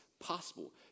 possible